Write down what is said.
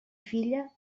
filla